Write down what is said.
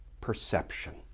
perception